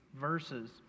verses